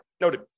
noted